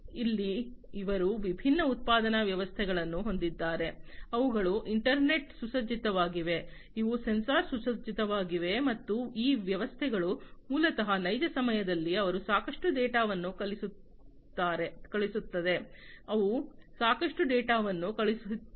ಇಲ್ಲಿ ಅವರು ವಿಭಿನ್ನ ಉತ್ಪಾದನಾ ವ್ಯವಸ್ಥೆಗಳನ್ನು ಹೊಂದಿದ್ದಾರೆ ಅವುಗಳು ಇಂಟರ್ನೆಟ್ ಸುಸಜ್ಜಿತವಾಗಿವೆ ಇವು ಸೆನ್ಸರ್ ಸುಸಜ್ಜಿತವಾಗಿವೆ ಮತ್ತು ಈ ವ್ಯವಸ್ಥೆಗಳು ಮೂಲತಃ ನೈಜ ಸಮಯದಲ್ಲಿ ಅವರು ಸಾಕಷ್ಟು ಡೇಟಾವನ್ನು ಕಲಿಸುತ್ತದೆ ಅವು ಸಾಕಷ್ಟು ಡೇಟಾವನ್ನು ಕಳುಹಿಸುತ್ತದೆ